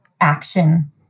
action